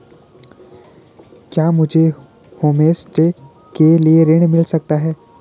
क्या मुझे होमस्टे के लिए ऋण मिल सकता है?